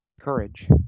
Courage